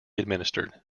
administered